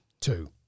Two